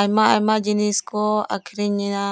ᱟᱭᱢᱟ ᱟᱭᱢᱟ ᱡᱤᱱᱤᱥ ᱠᱚ ᱟᱠᱷᱨᱤᱧ ᱮᱫᱟ